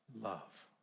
love